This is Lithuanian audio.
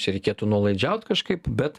čia reikėtų nuolaidžiaut kažkaip bet